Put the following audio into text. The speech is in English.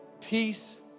peace